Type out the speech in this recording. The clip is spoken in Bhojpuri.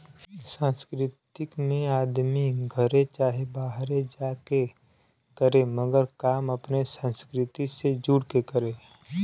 सांस्कृतिक में आदमी घरे चाहे बाहरे जा के करे मगर काम अपने संस्कृति से जुड़ के करे